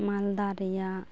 ᱢᱟᱞᱫᱟ ᱨᱮᱭᱟᱜ